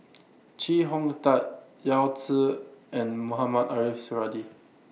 Chee Hong Tat Yao Zi and Mohamed Ariff Suradi